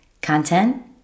Content